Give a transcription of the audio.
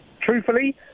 Truthfully